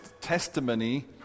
testimony